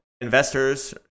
investors